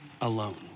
alone